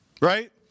Right